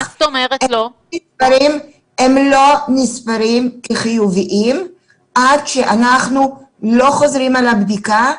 הם לא נספרים כחיוביים עד שאנחנו חוזרים על הבדיקה,